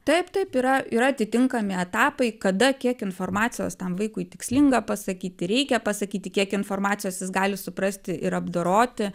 taip taip yra yra atitinkami etapai kada kiek informacijos tam vaikui tikslinga pasakyti reikia pasakyti kiek informacijos jis gali suprasti ir apdoroti